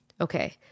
okay